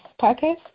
podcast